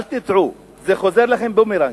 אל תטעו, זה חוזר לכם כבומרנג,